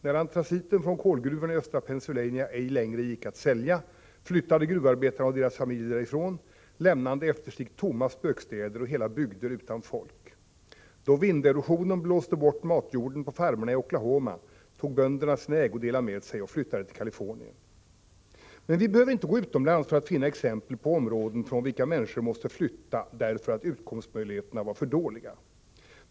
När antraciten från kolgruvorna i östra Pennsylvania ej längre gick att sälja, flyttade gruvarbetarna och deras familjer därifrån, lämnande efter sig tomma spökstäder och hela bygder utan folk. Då vinderosionen blåste bort matjorden på farmerna i Oklahoma, tog bönderna sina ägodelar med sig och flyttade till Californien. Men vi behöver inte gå utomlands för att finna exempel på områden från vilka människor måste flytta därför att utkomstmöjligheterna var för dåliga.